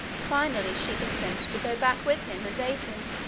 finally, she consented to go back with him and aid him.